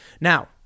Now